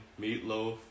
meatloaf